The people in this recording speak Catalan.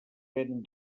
ven